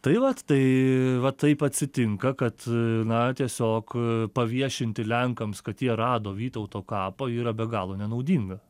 tai vat tai vat taip atsitinka kad na tiesiog paviešinti lenkams kad jie rado vytauto kapą yra be galo nenaudinga